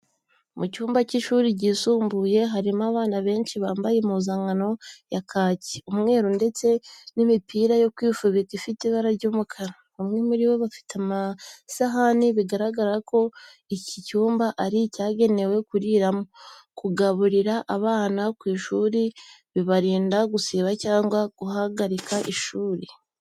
Mu cyumba cy'ishuri ryisumbuye harimo abana benshi bambaye impuzankano ya kaki, umweru ndetse n'imipira yo kwifubika ifite ibara ry'umukara. Bamwe muri bo bafite amasahani, bigaragaraza ko iki cyumba ari icyagenewe kuriramo. Kugaburira abana ku ishuri bibarinda gusiba cyangwa guhagarika ishuri.